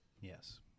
Yes